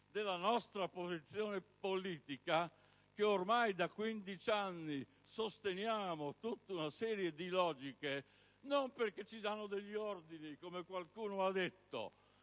della nostra posizione politica, che ormai da quindici anni sosteniamo tutta una serie di logiche non perché ci danno degli ordini, come qualcuno ha detto...